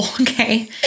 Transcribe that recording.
okay